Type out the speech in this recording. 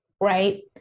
Right